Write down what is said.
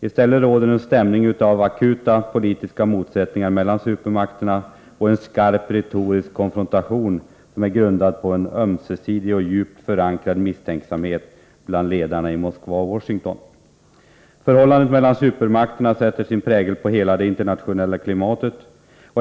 I stället råder en stämning av akuta politiska motsättningar mellan supermakterna med en skarp retorisk konfrontation, grundad på ömsesidig och djupt förankrad misstänksamhet bland ledarna i Moskva och Washington. Förhållandet mellan supermakterna sätter sin prägel på hela det internationella klimatet.